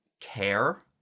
care